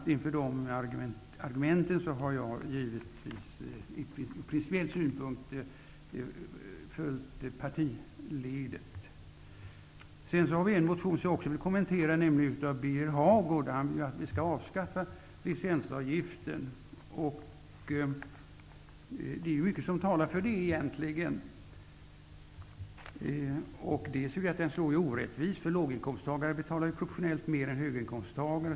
Inför dessa argument har jag givetvis från principiell synpunkt följt partilinjen. Sedan har vi en motion av Birger Hagård, som jag också vill kommentera. Han vill att licensavgiften skall avskaffas. Det är egentligen mycket som talar för det. Licensavgiften slår dessutom orättvist, eftersom låginkomsttagare betalar proportionellt mer än höginkomsttagare.